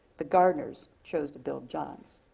the gardener's chose to build john's.